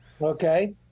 okay